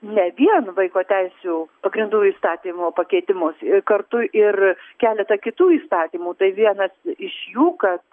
ne vien vaiko teisių pagrindų įstatymo pakeitimus i kartu ir keletą kitų įstatymų tai vienas iš jų kad